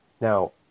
Now